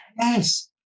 Yes